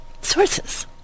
sources